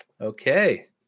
Okay